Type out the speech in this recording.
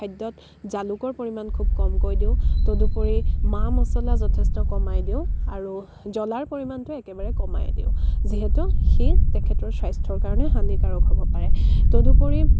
খাদ্যত জালুকৰ পৰিমাণ খুব কমকৈ দিওঁ তদুপৰি মা মছলা যথেষ্ট কমাই দিওঁ আৰু জ্বলাৰ পৰিমাণটো একেবাৰে কমাই দিওঁ যিহেতু সি তেখেতৰ স্বাস্থ্যৰ কাৰণে হানিকাৰক হ'ব পাৰে তদুপৰি